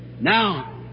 Now